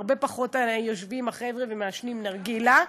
הרבה פחות יושבים החבר'ה ומעשנים נרגילה.